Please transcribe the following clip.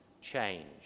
change